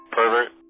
Pervert